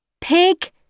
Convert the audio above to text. Pig